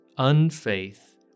unfaith